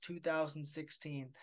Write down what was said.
2016